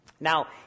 Now